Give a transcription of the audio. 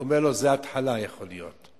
הוא אומר: לא, זה התחלה יכול להיות.